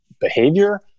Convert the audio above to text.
behavior